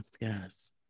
yes